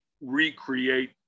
recreate